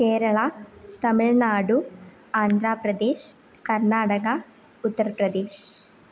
केरळा तमिळ्नाडु आन्ध्रप्रदेशः कर्नाटका उत्तरप्रदेशः